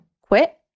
Quit